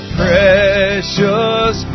precious